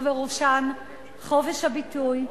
ובראשן חופש הביטוי,